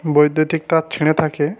বৈদ্যুতিক তার ছিঁড়ে থাকে